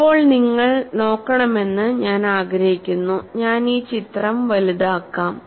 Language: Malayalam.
ഇപ്പോൾ നിങ്ങൾ നോക്കണമെന്ന് ഞാൻ ആഗ്രഹിക്കുന്നു ഞാൻ ഈ ചിത്രം വലുതാക്കും